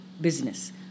business